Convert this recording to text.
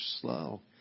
slow